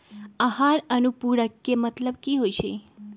आहार अनुपूरक के मतलब की होइ छई?